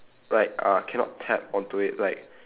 like uh cannot tap onto it like